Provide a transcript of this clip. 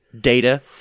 data